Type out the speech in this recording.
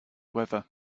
weather